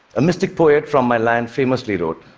a mystic poet from my land famously wrote,